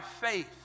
faith